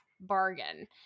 bargain